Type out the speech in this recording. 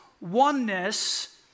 Oneness